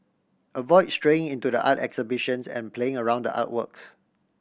avoid straying into the art exhibitions and playing around the artworks